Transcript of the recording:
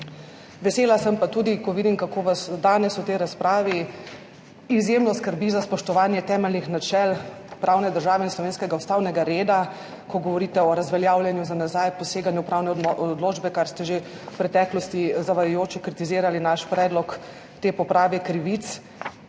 Vesela sem pa tudi, ko vidim, kako vas danes v tej razpravi izjemno skrbi za spoštovanje temeljnih načel pravne države in slovenskega ustavnega reda, ko govorite o razveljavljanju za nazaj, poseganju v pravne odločbe, ker ste že v preteklosti zavajajoče kritizirali naš predlog te poprave krivic.